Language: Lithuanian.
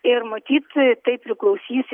ir matyt tai priklausys